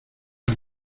las